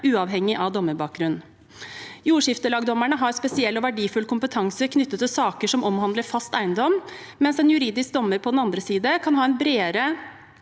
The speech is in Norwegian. uavhengig av dommerbakgrunn. Jordskiftelagdommerne har spesiell og verdifull kompetanse knyttet til saker som omhandler fast eiendom, mens en juridisk dommer på den andre side kan ha en bredere,